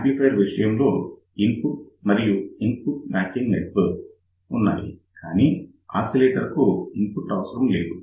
amplifier విషయంలో input మరియు input matching network ఉన్నాయి కానీ ఆసిలేటర్ కు ఇన్పుట్ అవసరం లేదు